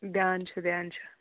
دیٛان چھُ دیٛان چھُ